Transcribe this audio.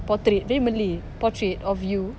portrait malay portrait of you